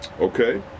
Okay